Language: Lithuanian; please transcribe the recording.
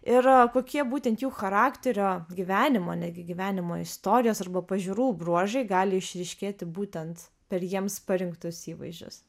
ir kokie būtent jų charakterio gyvenimo netgi gyvenimo istorijos arba pažiūrų bruožai gali išryškėti būtent per jiems parinktus įvaizdžius